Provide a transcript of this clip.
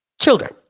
children